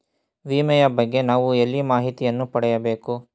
ವಿಮೆಯ ಬಗ್ಗೆ ನಾವು ಎಲ್ಲಿ ಮಾಹಿತಿಯನ್ನು ಪಡೆಯಬೇಕು?